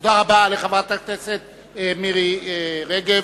תודה רבה לחברת הכנסת מירי רגב.